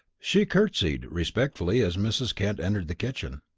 she curtseyed respectfully as mrs. kent entered the kitchen.